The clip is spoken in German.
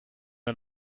der